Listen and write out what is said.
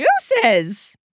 juices